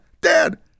Dad